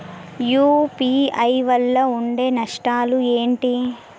UPI వల్ల ఉండే నష్టాలు ఏంటి??